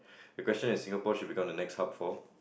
the question is Singapore should become the next hub for